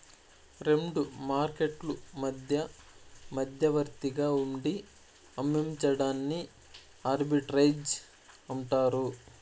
రెండు మార్కెట్లు మధ్య మధ్యవర్తిగా ఉండి అమ్మించడాన్ని ఆర్బిట్రేజ్ అంటారు